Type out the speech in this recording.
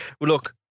look